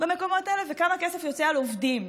במקומות האלה וכמה כסף יוצא על עובדים,